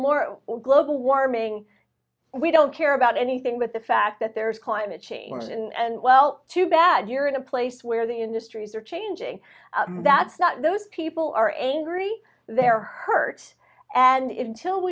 more global warming we don't care about anything but the fact that there's climate change and well too bad you're in a place where the industries are changing that's not those people are angry they're hurt and